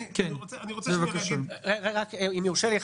אם יורשה לי,